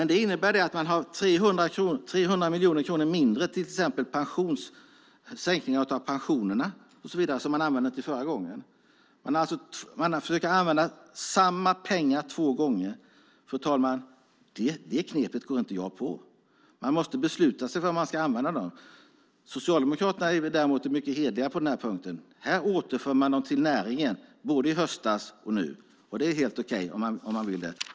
Det innebär att man har 300 miljoner kronor mindre till exempelvis sänkning av pensionerna, vilket man lade pengarna på tidigare. Fru talman! Sverigedemokraterna försöker använda samma pengar två gånger. Det knepet går jag inte på. Man måste bestämma sig för vad man ska använda pengarna till. Socialdemokraterna är däremot mycket hederliga på denna punkt. Både i höstas och nu återför man pengarna till näringen, vilket är helt okej om man vill det.